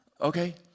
Okay